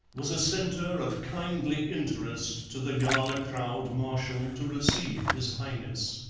was a centre of kindly interest to the gala crowd marshalled to receive his highness.